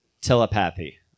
telepathy